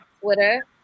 Twitter